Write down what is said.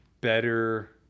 better